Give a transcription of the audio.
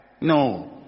no